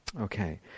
Okay